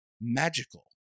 magical